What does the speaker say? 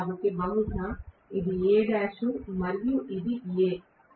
కాబట్టి బహుశా ఇది Al మరియు ఇది A